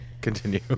continue